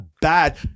bad